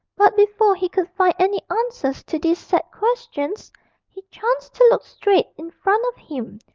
but before he could find any answers to these sad questions he chanced to look straight in front of him,